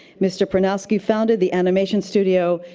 mr. prynoski founded the animation studio,